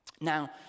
Now